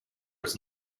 was